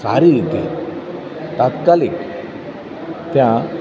સારી રીતે તાત્કાલિક ત્યાં